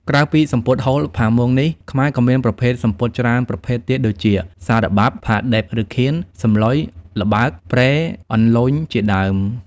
ក្រៅពីសំពត់ហូល ផាមួងនេះ ខ្មែរក៏មានប្រភេទសំពត់ច្រើនប្រភេទទៀតដូចជា, សារបាប់, ផាឌិប ឬខៀន, សម្លុយ, ល្បើក, ព្រែ, អន្លូញ ជាដើម។